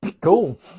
Cool